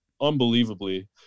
unbelievably